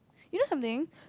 you know something